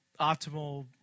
optimal